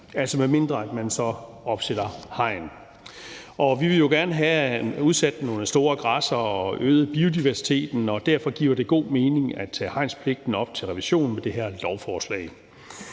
altså medmindre man så opsætter hegn. Vi vil jo gerne have udsat nogle store græssere og have øget biodiversiteten, og derfor giver det god mening at tage hegnspligten op til revision med det her lovforslag.